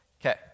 Okay